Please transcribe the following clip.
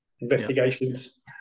investigations